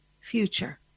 future